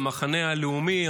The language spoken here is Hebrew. המחנה הלאומי,